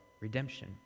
redemption